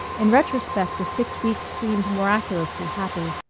in retrospect the six weeks seemed miraculously happy.